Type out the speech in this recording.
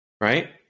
right